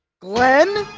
glen?